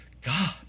God